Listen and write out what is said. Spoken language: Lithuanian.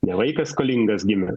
ne vaikas skolingas gimęs